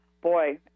boy